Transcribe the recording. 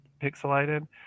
pixelated